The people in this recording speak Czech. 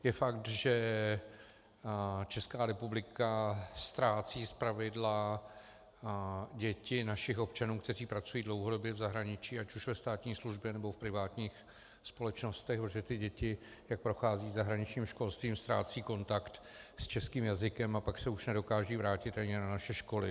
Je fakt, že Česká republika ztrácí zpravidla děti našich občanů, kteří pracují dlouhodobě v zahraničí ať už ve státní službě, nebo v privátních společnostech, protože ty děti, jak procházejí zahraničním školstvím, ztrácejí kontakt s českým jazykem a pak se už nedokážou vrátit na naše školy.